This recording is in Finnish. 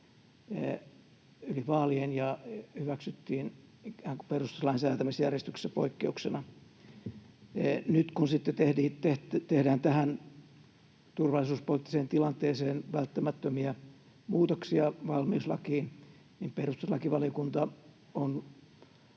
yli vaalien ja hyväksyttiin ikään kuin perustuslain säätämisjärjestyksessä poikkeuksena. Nyt kun sitten tehdään tähän turvallisuuspoliittiseen tilanteeseen välttämättömiä muutoksia valmiuslakiin, niin perustuslakivaliokunta on